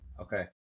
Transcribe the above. Okay